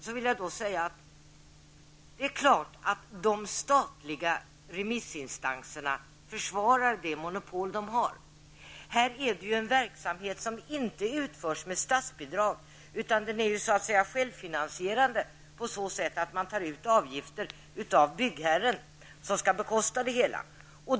Självfallet försvarar de statliga remissinstanserna de monopol de har, Leo Persson. Det är här fråga om en verksamhet som inte utförs med statsbidrag, utan den är så att säga självfinansierad på så sätt att man tar ut avgifter av byggherren som skall bekosta det hela.